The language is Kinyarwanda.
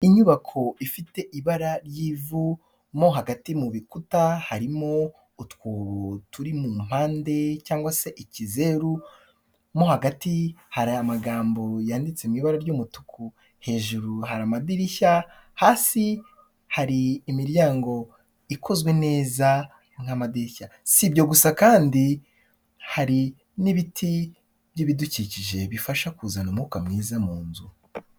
Inyubako ifite ibara ry'ivu, mo hagati mu bikuta harimo utwobo turi mu mpande cyangwa se ikizeru, mo hagati hari amagambogambo yanditse mu ibara ry'umutuku, hejuru hari amadirishya, hasi hari imiryango ikozwe neza nk'amadirishya, si ibyo gusa kandi hari n'ibiti by'ibidukikije bifasha kuzana umwuka mwiza mu nzu.